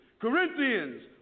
Corinthians